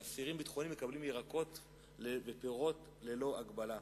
אז אסירים ביטחוניים מקבלים ירקות ופירות ללא הגבלה,